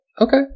Okay